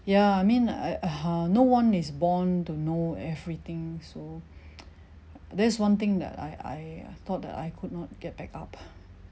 ya I mean I uh no one is born to know everything so that's one thing that I I I thought that I could not get back up